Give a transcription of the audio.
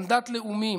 מנדט לאומי,